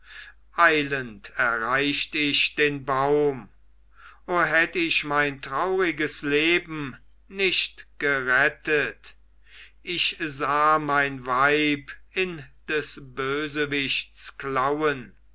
erreicht ich den baum o hätt ich mein trauriges leben nicht gerettet ich sah mein weib in des bösewichts klauen